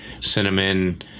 cinnamon